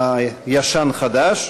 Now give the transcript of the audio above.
הישן-חדש.